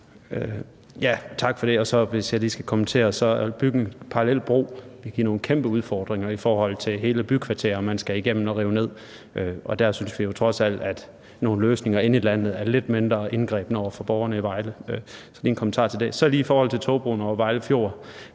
kommentere det, vil jeg sige, at det at bygge en parallel bro vil give nogle kæmpe udfordringer i forhold til hele bykvarterer, man skal igennem og rive ned. Og der synes vi jo trods alt, at nogle løsninger inde i landet er lidt mindre indgribende over for borgerne i Vejle. Det var lige en kommentar til det. I forhold til togbroen over Vejle Fjord: